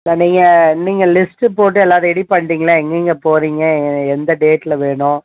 இல்லை நீங்கள் நீங்கள் லிஸ்ட்டு போட்டு எல்லாம் ரெடி பண்ணிடிங்ளா எங்கெங்கே போகிறீங்க எந்த டேட்டில் வேணும்